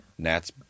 Nat's